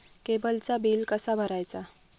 केबलचा बिल कसा भरायचा?